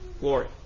glory